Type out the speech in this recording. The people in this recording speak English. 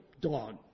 dog